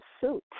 suit